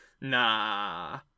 nah